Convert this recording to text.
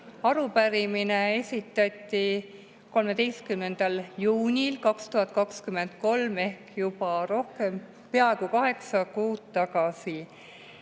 Arupärimine esitati 13. juunil 2023 ehk juba peaaegu kaheksa kuud tagasi.